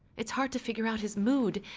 it's hard to figure out his mood,